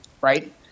right